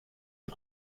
dem